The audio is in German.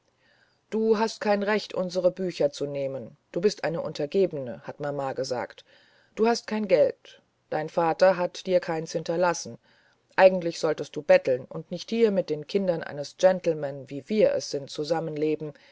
du hast kein recht unsere bücher zu nehmen du bist eine untergebene hat mama gesagt du hast kein geld dein vater hat dir keins hinterlassen eigentlich solltest du betteln und hier nicht mit den kindern eines gentleman wie wir es sind